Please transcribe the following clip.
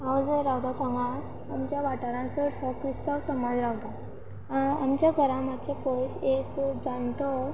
हांव जंय रावता थांगा आमच्या वाठारांत चडसो क्रिस्तांव समाज रावता आमच्या घरां मात्शे पयस एक जाणटो